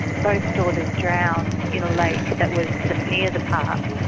both daughters drowned in a lake that was just near the park.